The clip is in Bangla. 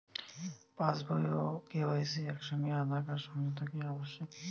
পাশ বই ও কে.ওয়াই.সি একই সঙ্গে আঁধার কার্ড সংযুক্ত কি আবশিক?